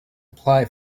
apply